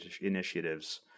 initiatives